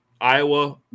Iowa